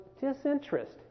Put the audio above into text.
disinterest